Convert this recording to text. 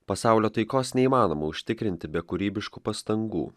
pasaulio taikos neįmanoma užtikrinti be kūrybiškų pastangų